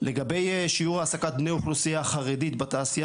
לגבי שיעור בני אוכלוסייה חרדית רוסיה חרדית בתעשייה